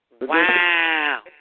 Wow